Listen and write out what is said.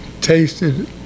tasted